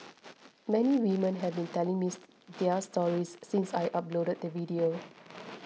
many women have been telling me their stories since I uploaded the video